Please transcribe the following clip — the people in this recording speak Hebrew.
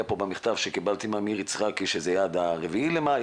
כאן במכתב שקיבלתי מעמיר יצחקי שזה עד ה-4 במאי,